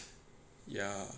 ya